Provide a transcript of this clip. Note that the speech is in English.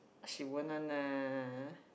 she won't one ah